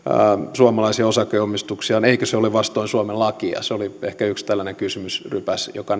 suomalaisia osakeomistuksiaan eikö se ole vastoin suomen lakia se oli ehkä yksi tällainen kysymysrypäs joka